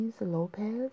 Lopez